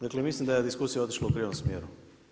Dakle, mislim da je diskusija otišla u krivom smjeru.